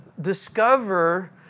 discover